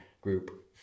Group